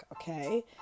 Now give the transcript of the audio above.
okay